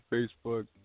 Facebook